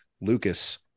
Lucas